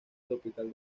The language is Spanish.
tropical